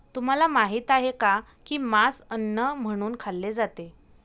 तुम्हाला माहित आहे का की मांस अन्न म्हणून खाल्ले जाते?